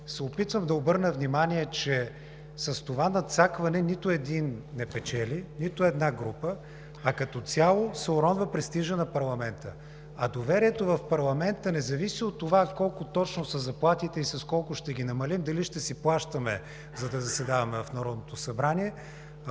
опитвам да обърна внимание, че с това „надцакване“ нито един не печели, нито една група, а като цяло се уронва престижът на парламента. Доверието в парламента не зависи от това колко точно са заплатите и с колко ще ги намалим; дали ще си плащаме, за да заседаваме в Народното събрание,